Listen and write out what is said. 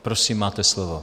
Prosím, máte slovo.